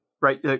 right